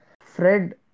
Fred